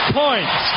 points